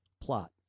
plot